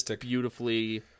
beautifully